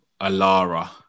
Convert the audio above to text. Alara